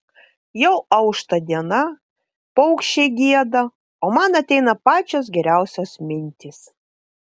jau aušta diena paukščiai gieda o man ateina pačios geriausios mintys